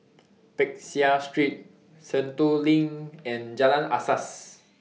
Peck Seah Street Sentul LINK and Jalan Asas